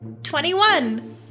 21